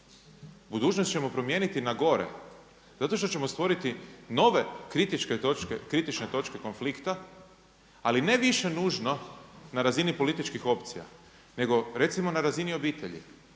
budućnost ćemo promijeniti na gore, zato što ćemo stvoriti kritične točke konflikta, ali ne više nužno na razini političkih opcija, nego recimo na razini obitelji.